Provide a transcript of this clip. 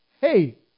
Hey